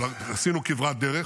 אבל עשינו כברת דרך.